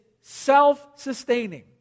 self-sustaining